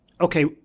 okay